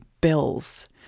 bills